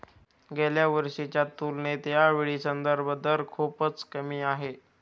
गेल्या वर्षीच्या तुलनेत यावेळी संदर्भ दर खूपच कमी आहे